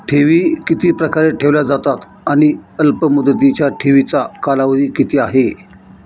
ठेवी किती प्रकारे ठेवल्या जातात आणि अल्पमुदतीच्या ठेवीचा कालावधी किती आहे?